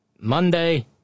Monday